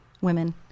women